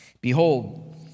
Behold